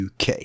UK